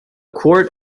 quart